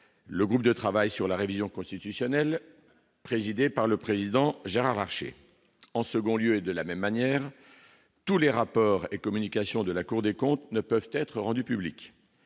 le groupe de travail sur la révision constitutionnelle, présidée par le président Gérard Larcher, en second lieu, de la même manière, tous les rapports et communication de la Cour des comptes ne peuvent être rendus publics,